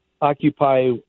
occupy